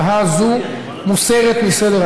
למרבה הצער, הצעה זו מוסרת מסדר-היום.